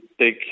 take